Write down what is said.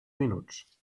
minuts